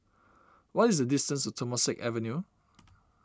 what is the distance to Temasek Avenue